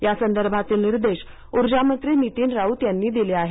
या सदर्भातील निर्देश उर्जामंत्री नितीन राऊत यांनी दिले आहे